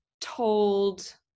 told